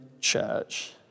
church